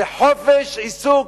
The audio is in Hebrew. זה חופש עיסוק.